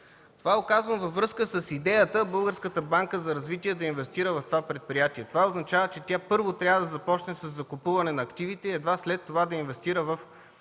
Казвам това във връзка с идеята Българската банка за развитие да инвестира в това предприятие. Това означава, че тя, първо, трябва да започне със закупуване на активите и едва след това да инвестира във